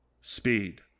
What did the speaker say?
Speed